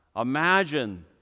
Imagine